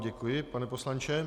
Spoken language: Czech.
Děkuji vám, pane poslanče.